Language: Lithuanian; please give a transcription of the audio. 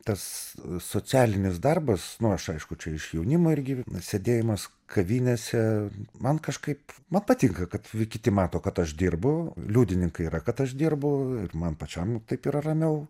tas socialinis darbas nu aš aišku čia iš jaunimo irgi sėdėjimas kavinėse man kažkaip man patinka kad kiti mato kad aš dirbu liudininkai yra kad aš dirbu man pačiam taip yra ramiau